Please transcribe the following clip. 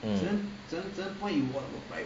mm